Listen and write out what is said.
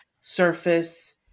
surface